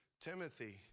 Timothy